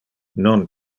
non